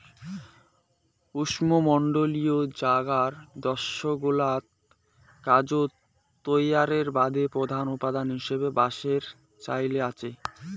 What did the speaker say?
উষ্ণমণ্ডলীয় জাগার দ্যাশগুলাত কাগজ তৈয়ারের বাদে প্রধান উপাদান হিসাবে বাঁশের চইল আচে